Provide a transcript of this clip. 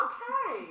Okay